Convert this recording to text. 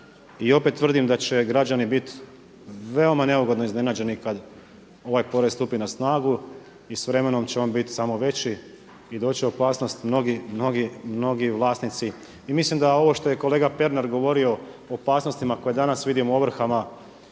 i opet tvrdim da će građani biti veoma neugodno iznenađeni kada ovaj porez stupi na snagu i s vremenu će on biti samo veći i doći se u opasnost mnogi, mnogi vlasnici. Mislim da ovo što je kolega Pernar govorio o opasnostima koje danas vidimo u ovrhama